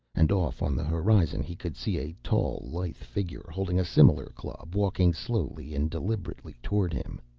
and off on the horizon he could see a tall, lithe figure holding a similar club walking slowly and deliberately toward him.